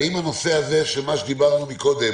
האם הנושא הזה של מה שדיברנו קודם